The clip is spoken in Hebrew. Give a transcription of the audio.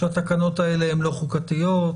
שהתקנות האלה לא חוקתיות.